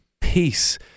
peace